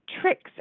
tricks